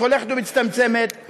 שהולכת ומצטמצמת,